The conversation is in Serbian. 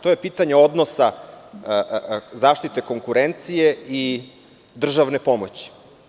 To je pitanje odnosa zaštite konkurencije i državne pomoći.